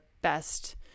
best